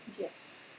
Yes